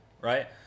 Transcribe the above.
Right